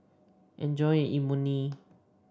enjoy your Imoni